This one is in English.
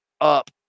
up